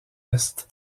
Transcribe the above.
est